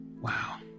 Wow